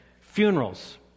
Funerals